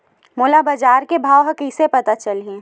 मोला बजार के भाव ह कइसे पता चलही?